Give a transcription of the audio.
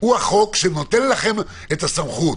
הוא החוק שנותן לכם את הסמכות.